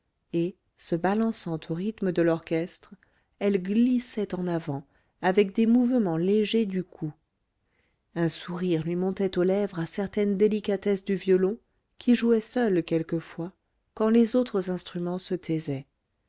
et se balançant au rythme de l'orchestre elle glissait en avant avec des mouvements légers du cou un sourire lui montait aux lèvres à certaines délicatesses du violon qui jouait seul quelquefois quand les autres instruments se taisaient